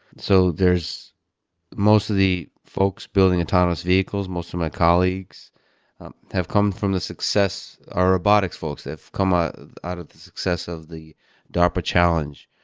so there's mostly folks building autonomous vehicles, most of my colleagues have come from the success are robotics folks. have come ah out of the success of the darpa challenge,